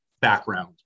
background